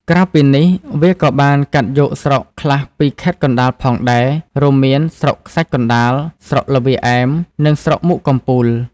ក្រៅពីនេះ វាក៏បានកាត់យកស្រុកខ្លះពីខេត្តកណ្ដាលផងដែរ រួមមានស្រុកខ្សាច់កណ្តាល ស្រុកល្វាឯម និងស្រុកមុខកំពូល។